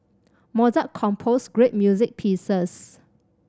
Mozart composed great music pieces